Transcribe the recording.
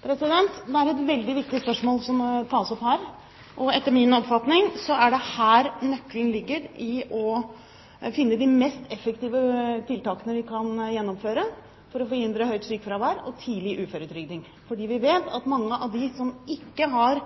Det er et veldig viktig spørsmål som tas opp her. Etter min oppfatning ligger nøkkelen til å finne de mest effektive tiltakene vi kan gjennomføre for å forhindre høyt sykefravær og tidlig uføretrygding, nettopp her, for vi vet at mange av dem som ikke har